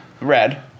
red